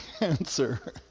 answer